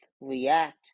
react